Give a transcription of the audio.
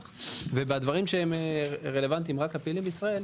וגם בדברים שהם רלוונטיים רק לגבי הפעילות בישראל,